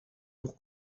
pour